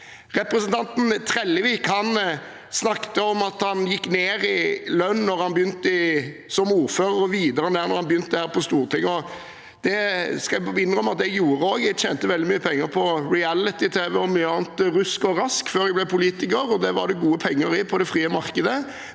Representanten Trellevik snakket om at han gikk ned i lønn da han begynte som ordfører, og videre ned da han begynte her på Stortinget. Det skal jeg innrømme at jeg også gjorde. Jeg tjente veldig mye penger på reality-tv og mye annet rusk og rask før jeg ble politiker, og det var det gode penger i på det frie markedet.